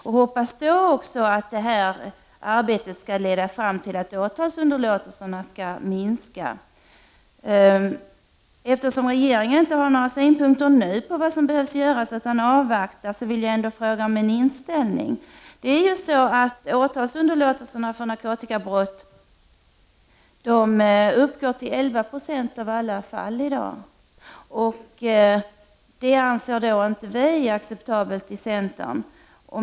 Jag hoppas att arbetet skall leda fram till att åtalsunderlåtelserna skall minska i antal. Eftersom regeringen inte har några synpunkter nu på vad som behöver göras utan vill avvakta, vill jag ändå fråga om regeringens inställning. Åtalsunderlåtelserna för narkotikabrott uppgår till 11 90 av alla fall. Detta anser vi inom centern oacceptabelt.